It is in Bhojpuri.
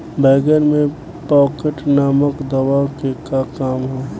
बैंगन में पॉकेट नामक दवा के का काम ह?